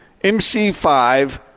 MC5